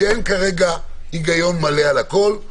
שאין כרגע היגיון מלא על הכול.